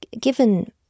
given